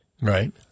Right